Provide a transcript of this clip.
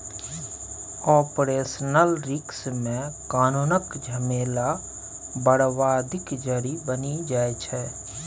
operational risk मे कानुनक झमेला बरबादीक जरि बनि जाइ छै